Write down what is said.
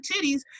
titties